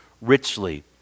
richly